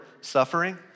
suffering